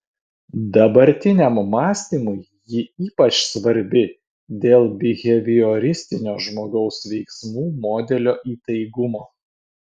dabartiniam mąstymui ji ypač svarbi dėl bihevioristinio žmogaus veiksmų modelio įtaigumo